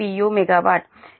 MW